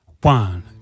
one